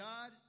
God